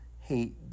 hate